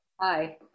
Hi